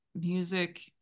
music